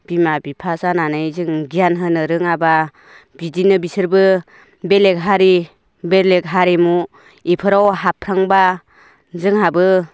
बिमा बिफा जानानै जों गियान होनो रोङाबा बिदिनो बिसोरबो बेलेग हारि बेलेग हारिमु बेफोराव हाबफ्लांबा जोंहाबो